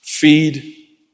Feed